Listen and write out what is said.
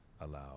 allow